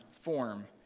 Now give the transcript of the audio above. form